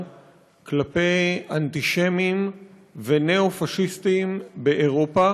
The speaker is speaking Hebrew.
כלפי אנטישמים וניאו-פאשיסטים באירופה.